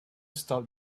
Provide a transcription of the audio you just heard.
stop